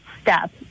step